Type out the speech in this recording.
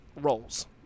roles